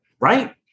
right